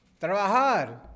Trabajar